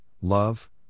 love